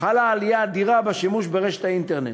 חלה עליה אדירה בשימוש ברשת האינטרנט